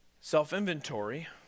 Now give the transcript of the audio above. self-inventory